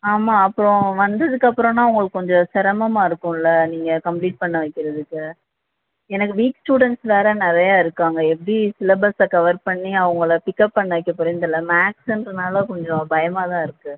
ஆமாம் அப்புறோம் வந்ததுக்கு அப்பறன்னா உங்களுக்கு கொஞ்சம் சிரமமா இருக்குதுல்ல நீங்க கம்ப்ளீட் பண்ண வைக்கிறதுக்கு எனக்கு வீக் ஸ்டூடெண்ட்ஸ் வேற நிறைய இருக்காங்க எப்படி சிலபஸ்ஸை கவர் பண்ணி அவங்கள பிக்கப் பண்ண வைக்கப்போகிறேன்னு தெரில மேக்ஸ்ஸுன்றதுனால கொஞ்சம் பயமாக தான் இருக்குது